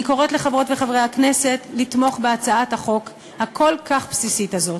אני קוראת לחברות וחברי הכנסת לתמוך בהצעת החוק הכל-כך בסיסית הזאת.